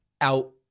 out